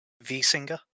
V-singer